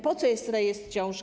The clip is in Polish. Po co jest rejestr ciąż?